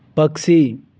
पक्षी